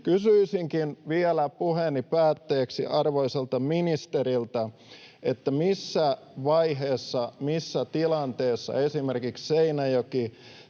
Kysyisinkin vielä puheeni päätteeksi arvoisalta ministeriltä: missä vaiheessa, missä tilanteessa esimerkiksi